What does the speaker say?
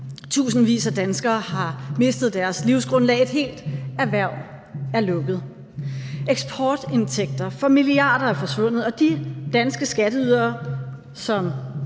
Tusindvis af danskere har mistet deres livsgrundlag, et helt erhverv er lukket, eksportindtægter for milliarder er forsvundet, og de danske skatteydere, som